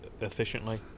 efficiently